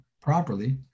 properly